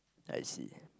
I see